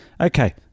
Okay